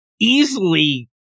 easily